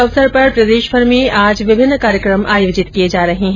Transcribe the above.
इस अवसर पर प्रदेशभर में विभिन्न कार्यक्रम आयोजित किये जा रहे हैं